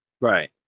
Right